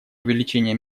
увеличение